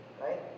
right